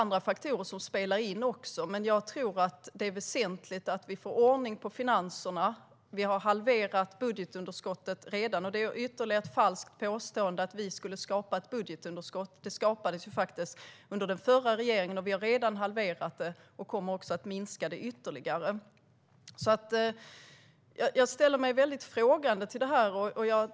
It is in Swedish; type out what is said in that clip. Andra faktorer spelar naturligtvis också in, men det är väsentligt att vi får ordning på finanserna. Vi har redan halverat budgetunderskottet. Att vi skulle skapa ett budgetunderskott är ytterligare ett falskt påstående. Det skapades ju under den förra regeringen. Vi har som sagt redan halverat det och kommer att minska det ytterligare. Jag ställer mig frågande till detta.